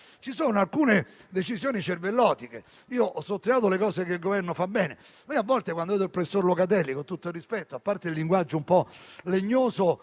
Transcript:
Ci sono alcune decisioni cervellotiche. Io ho sottolineato le cose che il Governo fa bene ma francamente a volte, quando ascolto il professor Locatelli, con tutto il rispetto, a parte il linguaggio un po' legnoso